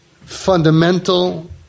fundamental